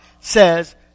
says